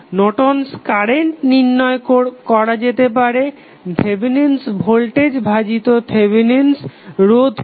Norton's current Nortons current নির্ণয় করা যেতে পারে থেভেনিন'স ভোল্টেজ Thevenins voltage ভাজিত থেভেনিন'স রোধ করে